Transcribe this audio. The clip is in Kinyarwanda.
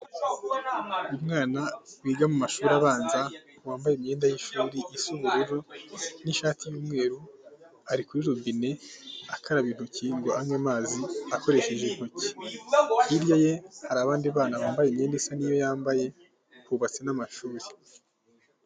Umwana wiga mu mashuri abanza, wambaye imyenda y'ishuri isa ubururu n'ishati y'umweru ari kuri robine, akaraba intoki ngo anywe amazi akoresheje intoki, hirya ye hari abandi bana bambaye imyenda isa n'iyo yambaye, hubatse n'amashuri.